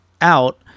out